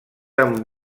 amb